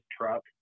truck